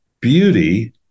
Beauty